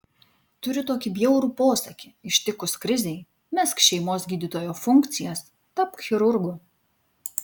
turiu tokį bjaurų posakį ištikus krizei mesk šeimos gydytojo funkcijas tapk chirurgu